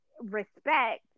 Respect